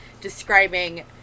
describing